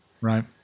right